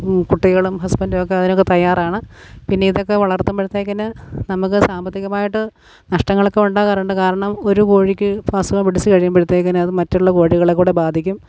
കുട്ടികളും ഹസ്ബൻഡും ഒക്കെ അതിനൊക്കെ തയ്യാറാണ് പിന്നെ ഇതൊക്കെ വളർത്തുമ്പോഴത്തേക്കിന് നമുക്ക് സാമ്പത്തികമായിട്ട് നഷ്ടങ്ങളൊക്കെ ഉണ്ടാകാറുണ്ട് കാരണം ഒരു കോഴിക്ക് ഇപ്പം അസുഖം പിടിച്ച് കഴിയുമ്പോഴത്തേക്കിന് അത് മറ്റുള്ള കോഴികളെ കൂടെ ബാധിക്കും